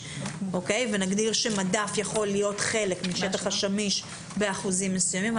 ונגדיר שמדף יכול להיות חלק מהשטח השמיש באחוזים מסוימים.